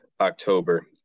October